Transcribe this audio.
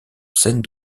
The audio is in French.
scène